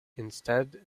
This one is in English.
instead